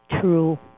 True